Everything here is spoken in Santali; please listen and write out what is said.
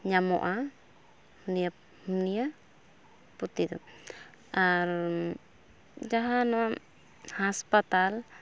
ᱧᱟᱢᱚᱜᱼᱟ ᱦᱳᱢᱤᱭᱳ ᱦᱩᱱᱤᱭᱟᱹᱯᱚᱛᱤ ᱫᱚ ᱟᱨᱻ ᱡᱟᱦᱟᱱᱟᱜ ᱦᱟᱸᱥᱯᱟᱛᱟᱞ